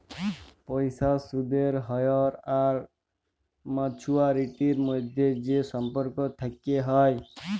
পয়সার সুদের হ্য়র আর মাছুয়ারিটির মধ্যে যে সম্পর্ক থেক্যে হ্যয়